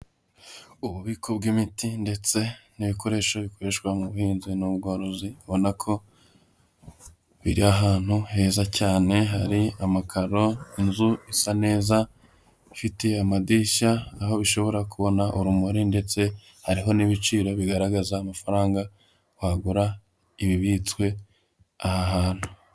Ububiko bw'imiti ndetse n'ibikoresho bikoreshwa n'ubuhinzi n'ubworozi ubona ko biri ahantu heza cyane hari amakaro, inzu isa neza ifite amadirishya aho bishobora kubona urumuri, ndetse hariho n'ibiciro bigaragaza amafaranga wagura ibibitswe aha hantu.